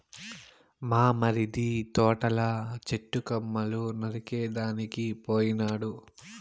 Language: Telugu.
మా మరిది తోటల చెట్టు కొమ్మలు నరికేదానికి పోయినాడు